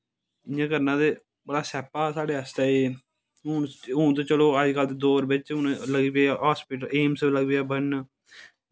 इयां करना ते बड़ा सैप्पा ऐ साढ़े आस्तै एह् हून ते चलो अजकल ते दो रपे च लगी पेआ एम्स लगी पेआ बनन